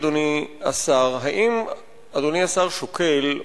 אדוני השר: האם אדוני השר שוקל,